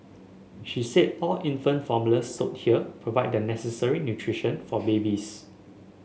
she said all infant formula sold here provide the necessary nutrition for babies